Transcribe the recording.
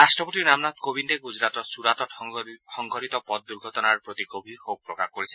ৰাষ্ট্ৰপতি ৰামনাথ কোবিন্দে গুজৰাটৰ চুৰাটত সংঘটিত পথ দুৰ্ঘটনাৰ প্ৰতি গভীৰ শোক প্ৰকাশ কৰিছে